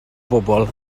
bobol